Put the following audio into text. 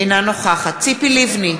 אינה נוכחת ציפי לבני,